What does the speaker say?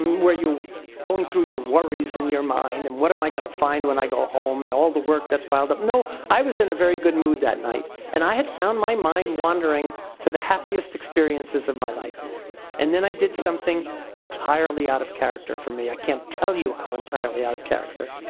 where you're going through your worries in your mind and what am i gonna find when i go home and all the work that's piled up. no, i was in a very good mood that night. and i had found my mind wandering to that happiest experiences of my life and then i did something entirely out of character for me, i can't tell you how entirely out of character.